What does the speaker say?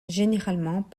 généralement